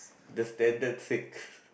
the standard sake